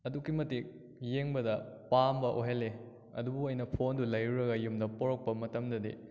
ꯑꯗꯨꯛꯀꯤ ꯃꯇꯤꯛ ꯌꯦꯡꯕꯗ ꯄꯥꯝꯕ ꯑꯣꯏꯍꯜꯂꯦ ꯑꯗꯨꯕꯨ ꯑꯩꯅ ꯐꯣꯟꯗꯨ ꯂꯩꯔꯨꯔꯒ ꯌꯨꯝꯗ ꯄꯨꯔꯛꯄ ꯃꯇꯝꯗꯗꯤ